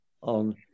on